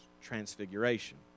transfiguration